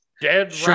dead